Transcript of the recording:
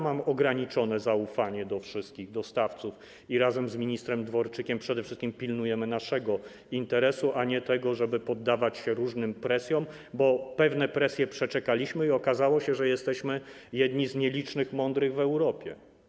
Mam ograniczone zaufanie do wszystkich dostawców i razem z ministrem Dworczykiem przede wszystkim pilnujemy naszego interesu, a nie poddajemy się różnym presjom, bo pewne presje przeczekaliśmy i okazało się, że jesteśmy jednymi z nielicznych mądrych w Europie.